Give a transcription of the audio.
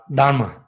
Dharma